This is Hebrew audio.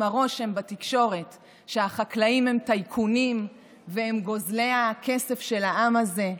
אם הרושם בתקשורת שהחקלאים הם טייקונים והם גוזלי הכסף של העם הזה,